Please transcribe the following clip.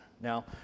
Now